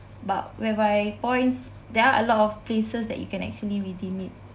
but whereby points there are a lot of places that you can actually redeem it